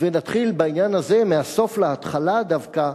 ונתחיל בעניין הזה מהסוף להתחלה דווקא,